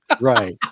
Right